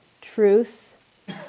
Truth